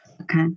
Okay